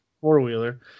four-wheeler